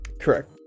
Correct